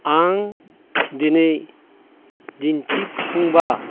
आं दिनै दिन्थिफुंब्ला